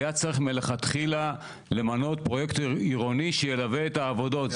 היה צריך מלכתחילה למנות פרויקט עירוני שילווה את העבודות.